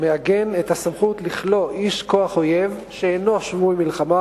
מעגן את הסמכות לכלוא איש כוח אויב שאינו שבוי מלחמה